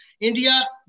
India